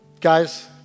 guys